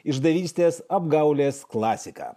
išdavystės apgaulės klasika